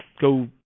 go